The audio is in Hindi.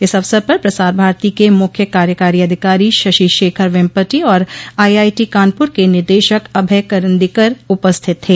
इस अवसर पर प्रसार भारती के मुख्य कार्यकारी अधिकारी शशि शेखर वेम्पटी और आईआईटी कानपुर के निदेशक अभय करंदीकर उपस्थित थे